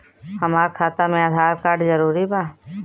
हमार खाता में आधार कार्ड जरूरी बा?